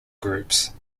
groups